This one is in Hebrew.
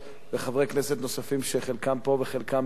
וחברי כנסת נוספים, שחלקם פה וחלקם לא,